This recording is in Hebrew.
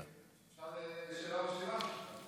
אפשר שאלה משלימה?